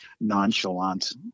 nonchalant